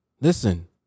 Listen